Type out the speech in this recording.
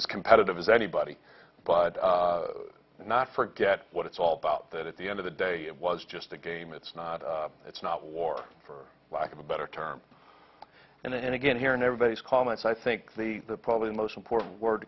as competitive as anybody but not forget what it's all about that at the end of the day it was just a game it's not it's not war for lack of a better term and again here in everybody's comments i think the probably most important word